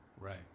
Right